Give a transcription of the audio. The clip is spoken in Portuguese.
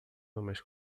homens